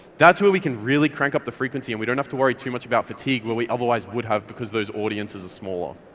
that's where we can really crank up the frequency and we don't have to worry too much about fatigue where we otherwise would have because those audiences are smaller.